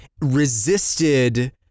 resisted